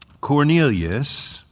Cornelius